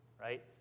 right